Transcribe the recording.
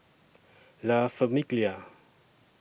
La Famiglia